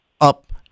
up